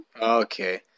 Okay